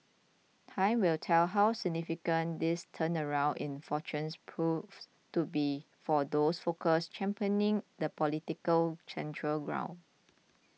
time will tell how significant this turnaround in fortunes proves to be for those forces championing the political centre ground